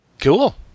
Cool